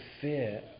fear